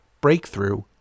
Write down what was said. breakthrough